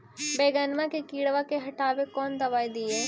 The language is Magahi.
बैगनमा के किड़बा के हटाबे कौन दवाई दीए?